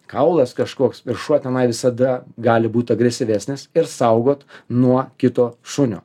kaulas kažkoks ir šuo tenai visada gali būt agresyvesnis ir saugot nuo kito šunio